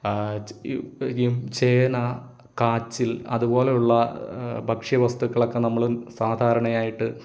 ചേന കാച്ചിൽ അതുപോലെയുള്ള ഭക്ഷ്യവസ്തുക്കൾ ഒക്കെ നമ്മൾ സാധാരണയായിട്ട്